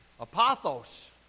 Apothos